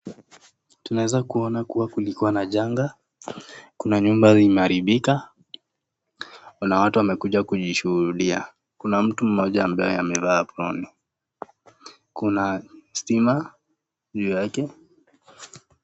Tunaweza kuona kuwa kulikuwa na janga, Kuna nyumba zimearibika, kuna watu wamekuja kushuhudia. Kuna mtu mmoja ambaye amevaa aprono. Kuna stima, juu yake.